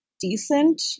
decent